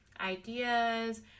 ideas